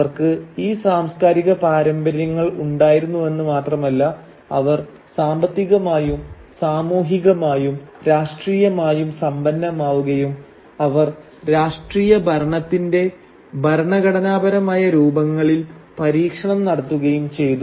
അവർക്ക് ഈ സാംസ്കാരിക പാരമ്പര്യങ്ങൾ ഉണ്ടായിരുന്നുവെന്ന് മാത്രമല്ല അവർ സാമ്പത്തികമായും സാമൂഹികമായും രാഷ്ട്രീയമായും സമ്പന്നമാവുകയും അവർ രാഷ്ട്രീയ ഭരണത്തിന്റെ ഭരണഘടനാപരമായ രൂപങ്ങളിൽ പരീക്ഷണം നടത്തുകയും ചെയ്തു